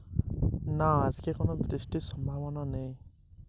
আজকে কি ব্রর্জবিদুৎ সহ বৃষ্টির সম্ভাবনা আছে?